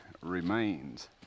remains